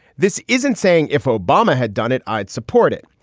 this isn't saying if obama had done it, i'd support it,